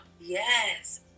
yes